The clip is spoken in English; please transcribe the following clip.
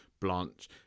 Blanche